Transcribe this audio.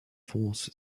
false